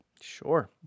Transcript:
Sure